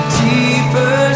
deeper